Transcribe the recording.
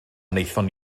wnaethon